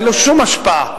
אין לו שום השפעה,